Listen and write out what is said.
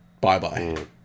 bye-bye